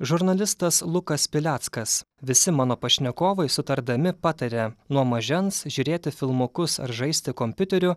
žurnalistas lukas pileckas visi mano pašnekovai sutardami pataria nuo mažens žiūrėti filmukus ar žaisti kompiuteriu